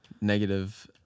Negative